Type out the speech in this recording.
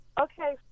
Okay